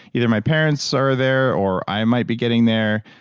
either my parents are there or i might be getting there